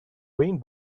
rain